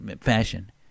fashion